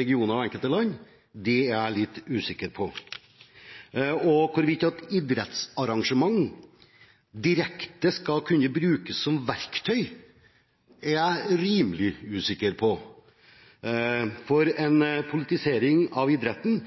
regioner og enkelte land, er jeg litt usikker på. Hvorvidt idrettsarrangementer direkte skal kunne brukes som verktøy, er jeg rimelig usikker på, for en politisering av idretten